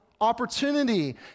opportunity